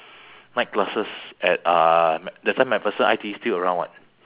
night classes at uh mac~ that time macpherson I_T_E still around [what]